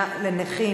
בעד,